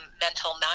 mental